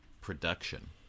production